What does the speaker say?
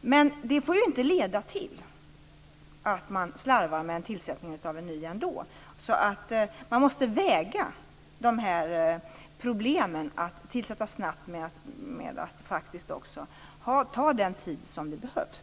Men det får ju inte leda till att man slarvar med en tillsättning av en ny generaldirektör. Man måste väga detta med att tillsätta snabbt mot att det måste få ta den tid som behövs.